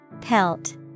Pelt